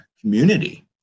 community